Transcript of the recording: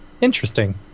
interesting